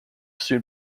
soon